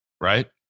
Right